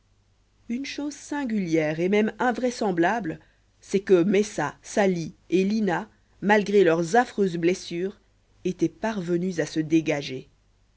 une chose singulière et même invraisemblable c'est que messa sali et lina malgré leurs affreuses blessures étaient parvenus à se dégager